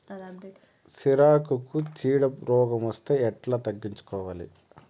సిరాకుకు చీడ రోగం వస్తే ఎట్లా తగ్గించుకోవాలి?